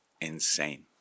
insane